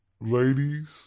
ladies